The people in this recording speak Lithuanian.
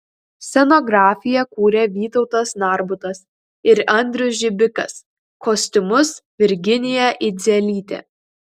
scenografiją kūrė vytautas narbutas ir andrius žibikas kostiumus virginija idzelytė